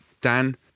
Dan